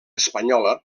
espanyola